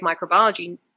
microbiology